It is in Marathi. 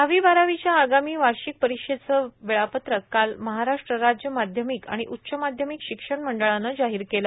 दहावी बारावीच्या आगामी वर्षीक परीक्षेचं वेळापत्रक काल महाराष्ट्र राज्य माध्यमिक आणि उच्च माध्यमिक शिक्षण मंडळानं जाहीर केलं